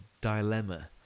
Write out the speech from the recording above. dilemma